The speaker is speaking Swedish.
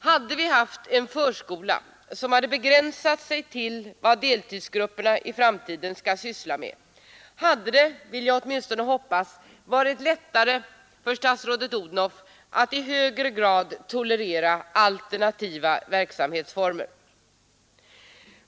Om vi hade haft en förskola, som begränsat sig till vad deltidsgrupperna i framtiden skall syssla med, hade det — vill jag åtminstone hoppas — varit lättare för statsrådet Odhnoff att i högre grad tolerera alternativa verksamhetsformer.